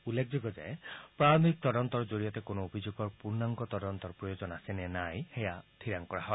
উল্লেখযোগ্য যে প্ৰাৰম্ভিক তদন্তৰ জৰিয়তে কোনো অভিযোগৰ পূৰ্ণাংগ তদন্তৰ প্ৰয়োজন আছে নে নাই সেয়া ঠিৰাং কৰা হয়